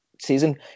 season